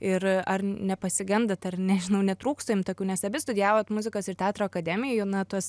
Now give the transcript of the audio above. ir ar nepasigendat ar nežinau netrūksta jum tokių nes abi studijavot muzikos ir teatro akademijoj na tuos